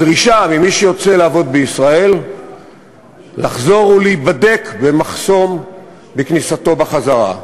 הדרישה ממי שיוצא לעבוד בישראל לחזור ולהיבדק במחסום בכניסתו בחזרה.